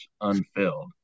unfilled